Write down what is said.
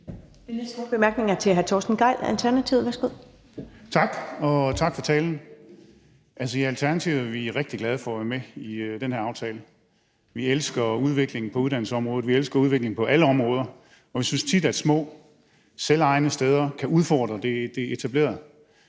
Den næste korte bemærkning er til hr. Torsten Gejl, Alternativet. Værsgo. Kl. 15:07 Torsten Gejl (ALT): Tak. Og tak for talen. Altså, i Alternativet er vi rigtig glade for at være med i den her aftale. Vi elsker udvikling på uddannelsesområdet, vi elsker udvikling på alle områder, og vi synes tit, at små selvejende steder kan udfordre det etablerede.